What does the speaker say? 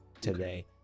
today